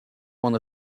one